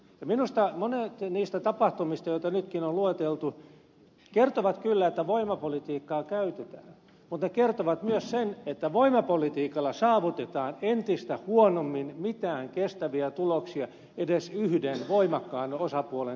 minusta monet niistä tapahtumista joita nytkin on lueteltu kertovat kyllä että voimapolitiikkaa käytetään mutta ne kertovat myös sen että voimapolitiikalla saavutetaan entistä huonommin mitään kestäviä tuloksia edes yhden voimakkaan osapuolen kannalta